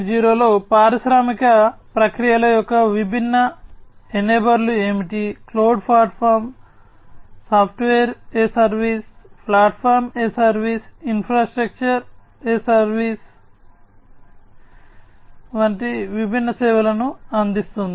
0 లో పారిశ్రామిక ప్రక్రియల యొక్క విభిన్న ఎనేబర్లు ఏమిటి cloud platform software a service platform a service infrastructure a service వంటి విభిన్న సేవలను అందిస్తోంది